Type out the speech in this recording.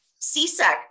CSEC